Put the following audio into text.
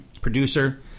producer